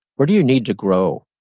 what do you need to grow?